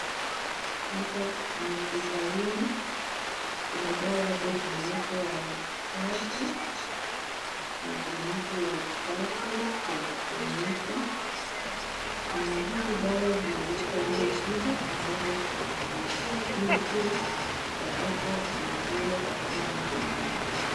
Hapo kwenye hospitalini kuna dawa hapo zimewekwa tatu na kuna hapo packet ya kuonyesha na hizi dawa zinaonyesha zile shida ambazo zitashughulikia pindi tu zitakapodungiwa katika mwili wa binadamu.